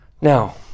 Now